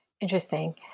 Interesting